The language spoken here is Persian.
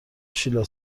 شیلا